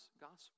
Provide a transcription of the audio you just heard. gospel